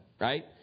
right